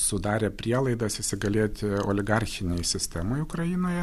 sudarė prielaidas įsigalėti oligarchinei sistemai ukrainoje